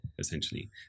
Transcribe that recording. essentially